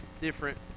different